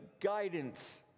guidance